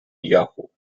yahoo